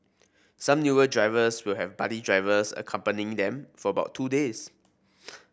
some newer drivers will have buddy drivers accompanying them for about two days